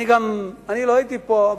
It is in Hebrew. לא הייתי פה,